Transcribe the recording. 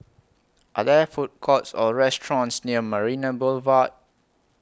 Are There Food Courts Or restaurants near Marina Boulevard